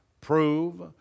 prove